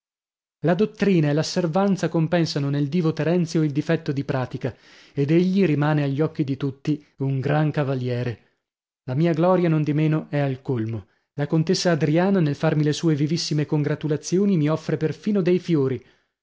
la dottrina e l'asseveranza compensano nel divo terenzio il difetto di pratica ed egli rimane agli occhi di tutti un gran cavaliere la mia gloria nondimeno è al colmo la contessa adriana nel farmi le sue vivissime congratulazioni mi offre perfino dei fiori